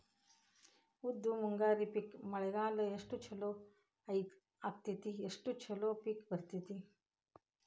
ಉದ್ದು ಮುಂಗಾರಿ ಪಿಕ್ ಮಳಿಗಾಲ ಎಷ್ಟ ಚಲೋ ಅಕೈತಿ ಅಷ್ಟ ಚಲೋ ಪಿಕ್ ಬರ್ತೈತಿ